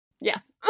Yes